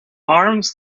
arms